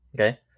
Okay